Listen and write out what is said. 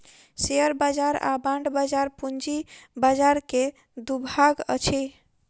share बाजार आ bond बाजार पूंजी बाजार के दू भाग अछि